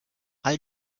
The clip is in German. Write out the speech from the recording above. all